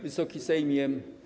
Wysoki Sejmie!